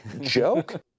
joke